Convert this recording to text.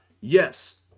Yes